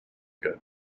good